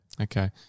Okay